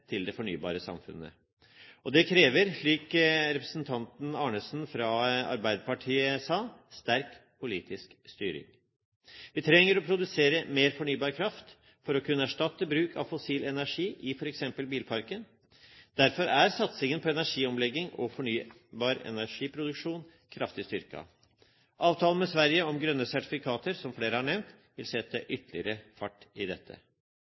til det fornybare samfunnet. Det krever, som representanten Arnesen fra Arbeiderpartiet sa, sterk politisk styring. Vi trenger å produsere mer fornybar kraft for å kunne erstatte bruk av fossil energi i f.eks. bilparken. Derfor er satsingen på energiomlegging og fornybar energi-produksjon kraftig styrket. Avtalen med Sverige om grønne sertifikater, som flere har nevnt, vil sette ytterligere fart i dette.